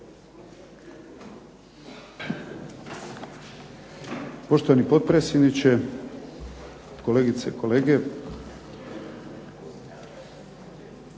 Poštovani potpredsjedniče, kolegice i kolege.